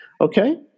okay